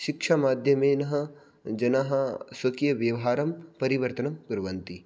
शिक्षामाध्यमेनः जनाः स्वकीयव्यवहारं परिवर्तनं कुर्वन्ति